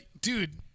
dude